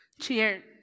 Cheers